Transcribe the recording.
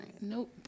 Nope